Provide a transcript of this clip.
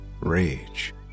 rage